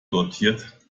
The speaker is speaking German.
dotiert